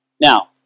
Now